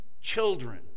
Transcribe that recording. children